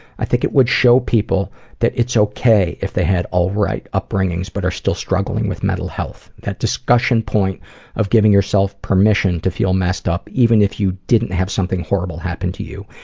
i think it would show people that it's ok if they had alright upbringings but are still struggling with mental health. that discussion point of giving yourself permission to feel messed up, even if you didn't have something horrible happen to you.